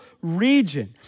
region